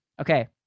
Okay